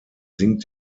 sinkt